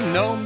no